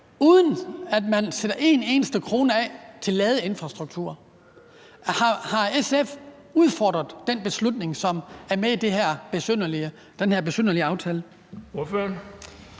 uden at man sætter en eneste krone af til ladeinfrastruktur. Har SF udfordret den beslutning, som er med i den her besynderlige aftale?